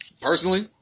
personally